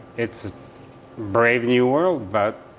it's a brave new world about.